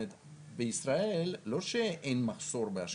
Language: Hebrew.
בישראל לא שאין מחסור בהשקעות,